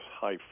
high